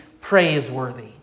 praiseworthy